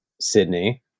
Sydney